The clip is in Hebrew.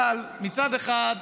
אבל מצד אחד,